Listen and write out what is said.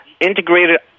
Integrated